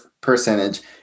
percentage